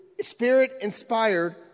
Spirit-inspired